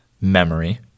memory